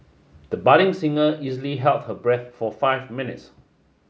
the budding singer easily held her breath for five minutes